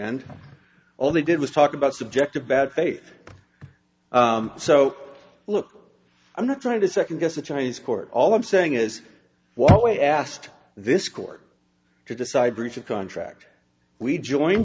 and all they did was talk about subject of bad faith so look i'm not trying to second guess the chinese court all i'm saying is what we asked this court to decide breach of contract we joined